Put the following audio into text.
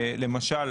למשל,